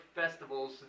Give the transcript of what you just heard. festivals